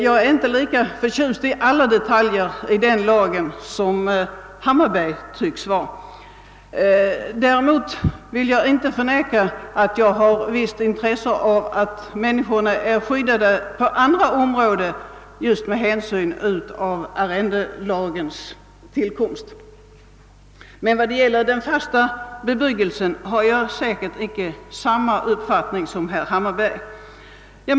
Jag är inte lika förtjust i alla delar i denna lag som herr Hammarberg tycks vara. Däremot vill jag inte förneka att jag har ett visst intresse av att människorna med hänsyn till arrendelagens tillkomst skyddas på andra områden. Men vad gäller den fasta bebyggelsen har jag säkerligen icke samma uppfattning som herr Hammarberg.